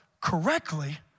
correctly